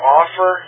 offer